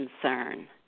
concern